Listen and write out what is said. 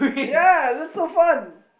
ya that's so fun